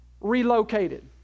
relocated